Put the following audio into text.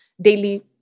daily